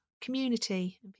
community